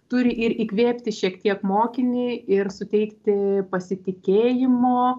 turi ir įkvėpti šiek tiek mokinį ir suteikti pasitikėjimo